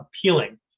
appealing